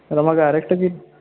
আর আমাকে আরেকটা